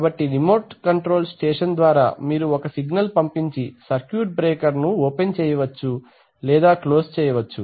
కాబట్టి remote control station ద్వారా మీరు ఒక సిగ్నల్ పంపించి సర్క్యూట్ బ్రేకర్ ను ఓపెన్ చేయవచ్చు లేదా క్లోజ్ చేయవచ్చు